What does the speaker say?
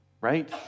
right